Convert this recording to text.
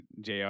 JR